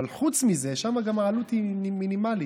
שם גם העלות היא מינימלית.